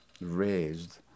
raised